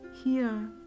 Here